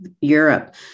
Europe